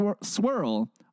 Swirl